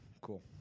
Cool